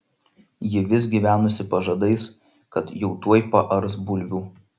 ji vis gyvenusi pažadais kad jau tuoj paars bulvių